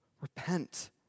Repent